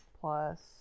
plus